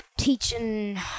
teaching